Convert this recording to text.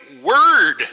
word